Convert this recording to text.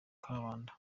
kambanda